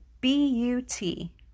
B-U-T